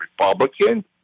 Republican